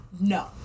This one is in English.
No